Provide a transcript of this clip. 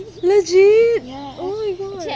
legit oh my god